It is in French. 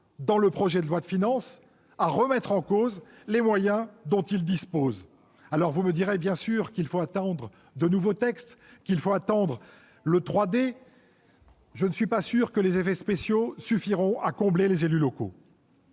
dans le projet de loi de finances à remettre en cause les moyens dont ils disposent. Vous me direz qu'il faut attendre de nouveaux textes, notamment le « 3D ». Je ne suis pas sûr que les effets spéciaux suffiront à combler les élus locaux.